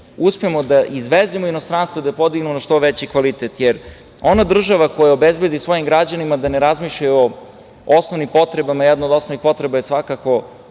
uspemo da izvezemo u inostranstvo i da podignemo što veći kvalitet. Ona država koja obezbedi svojim građanima da ne razmišljaju o osnovnim potrebama, a jedna od osnovnih potreba je svakako